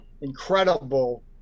incredible